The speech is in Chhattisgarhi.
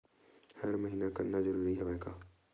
हर महीना करना जरूरी हवय का?